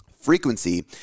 Frequency